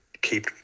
keep